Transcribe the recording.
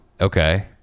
Okay